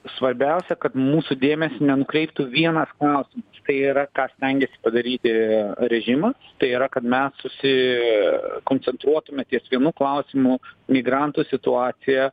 svarbiausia kad mūsų dėmesio nenukreiptų vienas klausimas tai yra ką stengiasi padaryti režimas tai yra kad mes susikoncentruotume ties vienu klausimu migrantų situacija